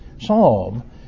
psalm